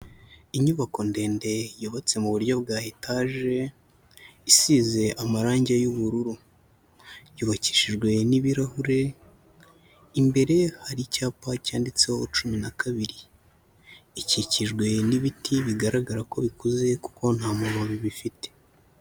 Inyubako ndende yubatse mu buryo bwa etaje, isize amarangi y'ubururu, yubakishijwe n'ibirahure, imbere hari icyapa cyanditseho cumi na kabiri. Ikikijwe n'ibiti bigaragara ko bikuze, kuko nta mababi bifite.